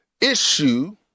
issue